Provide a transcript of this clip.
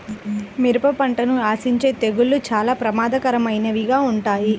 మిరప పంటను ఆశించే తెగుళ్ళు చాలా ప్రమాదకరమైనవిగా ఉంటాయి